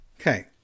Okay